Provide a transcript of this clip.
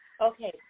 Okay